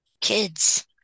Kids